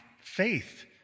faith